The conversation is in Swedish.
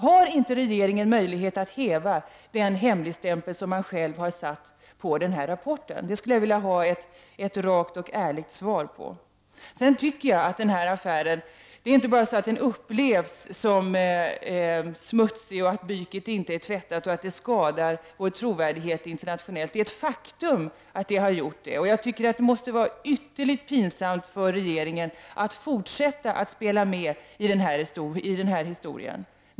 Har inte regeringen möjlighet att häva den hemligstämpel som regeringen själv har satt på rapporten? Jag skulle vilja ha ett rakt och ärligt svar. Sedan tycker jag att den här affären inte bara upplevs som smutsig så att byken inte är tvättad och som att den skadar vår trovärdighet internationellt. Det är ett faktum att den har gjort det. Det måste vara ytterligt pinsamt för regeringen att fortsätta spela med i den här historien.